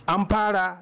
Ampara